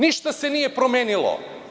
Ništa se nije promenilo.